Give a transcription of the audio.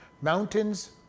Mountains